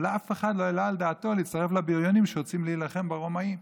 אבל אף אחד לא העלה על דעתו להצטרף לבריונים שרוצים להילחם ברומאים,